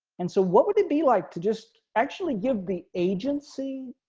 and so, what would it be like to just actually give the agency.